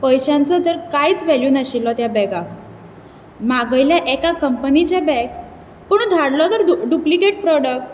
पयशांचो तर कांयच वॅल्यू नाशिल्लो त्या बॅगाक मागयलें एका कंपनीचें बॅग पुणू धाडलो तर दु डुप्लिकेट प्रॉडक